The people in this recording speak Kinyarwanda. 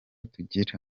tugira